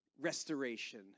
restoration